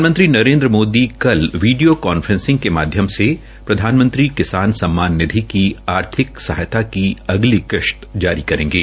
प्रधानमंत्री नरेन्द्र मोदी कल video conferencing के माध्यम से प्रधानमंत्री किसान सम्मान निधि की आर्थिक सहायता की अगली किश्त कल जारी करेंगे